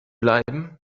bleiben